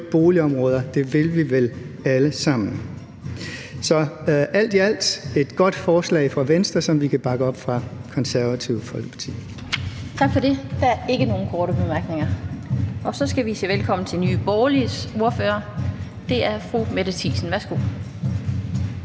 boligområder. Det vil vi vel alle sammen. Alt i alt er det et godt forslag fra Venstre, som Det Konservative Folkeparti kan bakke op. Kl. 16:00 Den fg. formand (Annette Lind): Tak for det. Der er ikke nogen korte bemærkninger. Så skal vi sige velkommen til Nye Borgerliges ordfører. Det er fru Mette Thiesen. Værsgo.